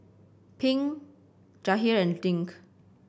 Pink Jahir and Dink